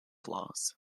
flaws